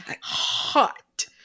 hot